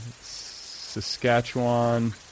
Saskatchewan